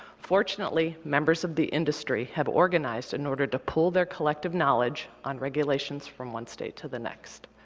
fortunately, members of the industry have organized in order to pool their collective knowledge on regulations from one state to the next.